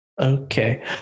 okay